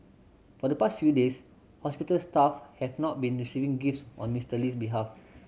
for the past few days hospital staff have not been receiving gifts on Mister Lee's behalf